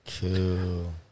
Cool